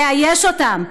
תאייש אותם,